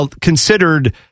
considered